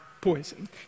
poison